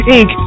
Inc